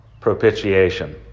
propitiation